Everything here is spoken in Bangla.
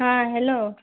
হ্যাঁ হ্যালো